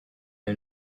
who